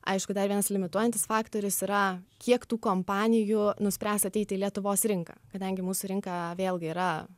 aišku dar vienas limituojantis faktorius yra kiek tų kompanijų nuspręs ateit į lietuvos rinką kadangi mūsų rinka vėlgi yra